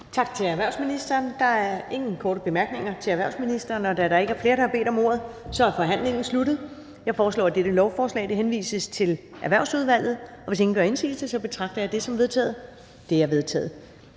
Tak til erhvervsministeren. Der er ingen korte bemærkninger til erhvervsministeren. Da der ikke er flere, der har bedt om ordet, er forhandlingen sluttet. Jeg foreslår, at dette lovforslag henvises til Erhvervsudvalget. Hvis ingen gør indsigelse, betragter jeg det som vedtaget. Det er vedtaget.